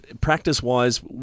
practice-wise